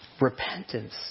Repentance